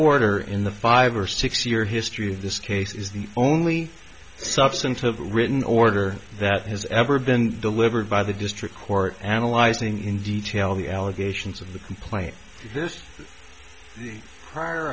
order in the five or six year history of this case is the only substantive written order that has ever been delivered by the district court analyzing in detail the allegations of the complaint this the prior